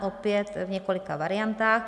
Opět v několika variantách.